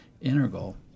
integral